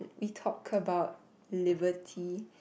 we talk about liberty